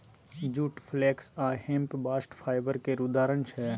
जुट, flax आ hemp bast fibre केर उदाहरण छै